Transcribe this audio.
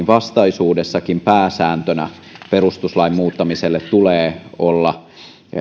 vastaisuudessakin pääsääntönä perustuslain muuttamiselle tulee olla